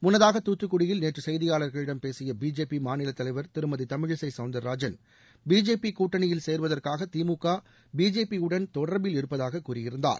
முன்னதாக தூத்துக்குடியில் நேற்று செய்தியாளர்களிடம் பேசிய பிஜேபி மாநிலத்தலைவர் திருமதி தமிழிசை சவுந்தர்ராஜன் பிஜேபி கூட்டணியில் சேர்வதற்காக திமுக பிஜேபியுடன் தொடர்பில் இருப்பதாக கூறியிருந்தார்